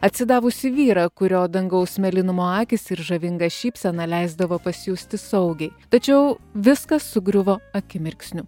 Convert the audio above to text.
atsidavusį vyrą kurio dangaus mėlynumo akys ir žavinga šypsena leisdavo pasijusti saugiai tačiau viskas sugriuvo akimirksniu